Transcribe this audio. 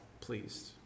pleased